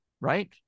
right